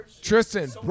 Tristan